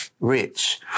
rich